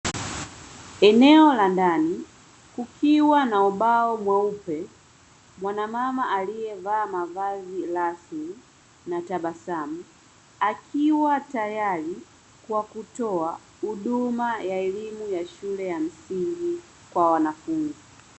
Eneo la ndani kukiwa na ubao mweupe, mwanamama aliyevaa mavazi rasmi na tabasamu, akiwa tayari kwa kutoa huduma ya elimu ya Shule ya Msingi kwa wanafunzi.